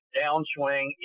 downswing